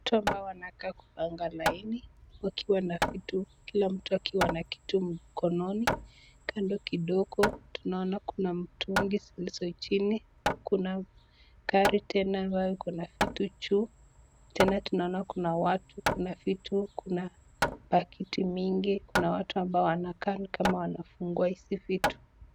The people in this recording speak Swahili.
Watu ambao wanakaa kupanga laini wakiwa vitu, kila mtu akiwa na kitu mkononi. Kando kidogo tunaona kuna mtungi zilizo chini. Kuna gari tena ambayo iko na vitu juu. Tena tunaona kuna watu, kuna vitu, kuna pakiti mingi, kuna watu ambao wanakaa ni kama wanafungua hizi vitu.